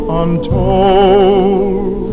untold